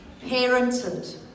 parented